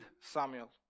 Samuel